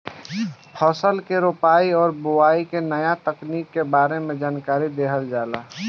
फसल के रोपाई और बोआई के नया तकनीकी के बारे में जानकारी देहल जाला